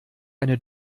eine